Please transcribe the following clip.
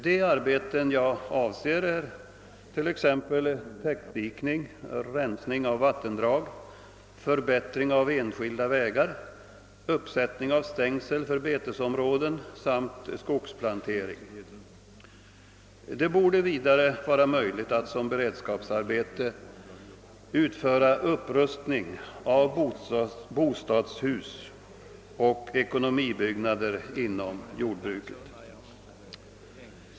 De arbeten jag avser är t.ex. täckdikning, rensning av vattendrag, förbättring av enskilda vägar, uppsättning av stängsel för betesområden samt skogsplantering. Det borde vidare vara möjligt att som beredskapsarbete upprusta bostadshus och ekonomibyggnader inom jordbruket.